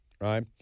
right